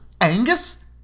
Angus